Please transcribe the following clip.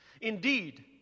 Indeed